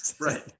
right